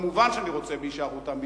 מובן שאני רוצה בהישארותם בישראל,